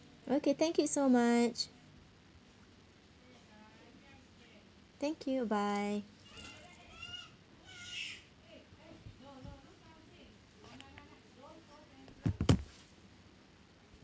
okay thank you so much thank you bye